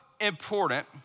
important